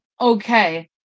okay